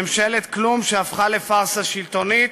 ממשלת כלום שהפכה לפארסה שלטונית.